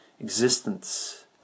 existence